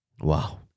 Wow